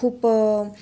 खूप